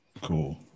Cool